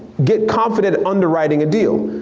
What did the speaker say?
get confident underwriting a deal.